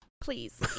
please